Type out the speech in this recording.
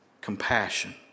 Compassion